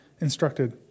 instructed